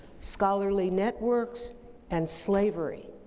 scholarly networks and slavery.